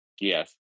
Yes